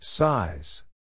Size